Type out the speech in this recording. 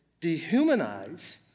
dehumanize